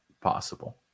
possible